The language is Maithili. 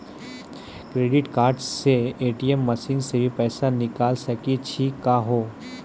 क्रेडिट कार्ड से ए.टी.एम मसीन से भी पैसा निकल सकै छि का हो?